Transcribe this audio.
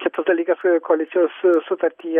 kitas dalykas koalicijos sutartyje